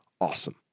awesome